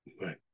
Right